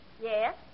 Yes